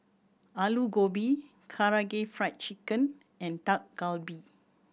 Alu Gobi Karaage Fried Chicken and Dak Galbi